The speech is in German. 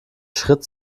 schritt